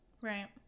right